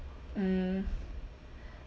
mm